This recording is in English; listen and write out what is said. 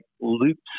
loops